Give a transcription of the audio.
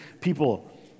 people